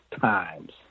times